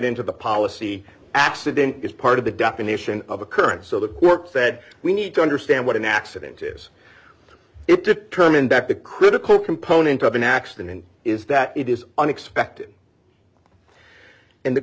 the policy accident is part of the definition of occurrence so the work that we need to understand what an accident is it determined that the critical component of an accident is that it is unexpected and the